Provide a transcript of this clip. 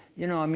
you know, i mean